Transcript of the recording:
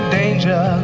danger